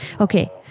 Okay